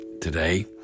today